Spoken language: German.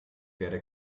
werde